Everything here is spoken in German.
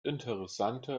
interessante